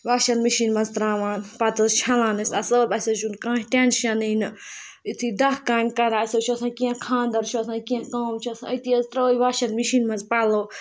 washing machine منٛز ترٛاوان پَتہٕ حظ چھَلان أسۍ اَصٕل پٲٹھۍ اَسہِ حظ چھُنہٕ کانٛہہ ٹٮ۪نشَنٕے نہٕ یُتھُے دَہ کامہِ کَران اَسہِ حظ چھِ آسان کینٛہہ خاندَر چھِ آسان کینٛہہ کٲم چھِ آسان أتی حظ ترٛٲوۍ واشَن مِشیٖن منٛز پَلو